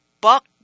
buck